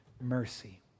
mercy